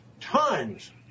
tons